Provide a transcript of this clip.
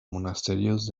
monasterios